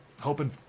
hoping